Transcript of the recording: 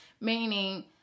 Meaning